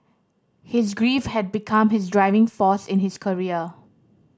his grief had become his driving force in his career